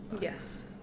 Yes